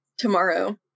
tomorrow